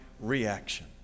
reaction